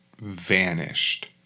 vanished